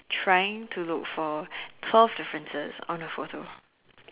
trying to look for twelve differences on a photo